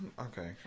Okay